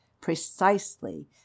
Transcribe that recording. Precisely